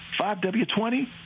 5w20